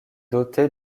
dotée